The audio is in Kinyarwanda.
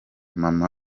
mama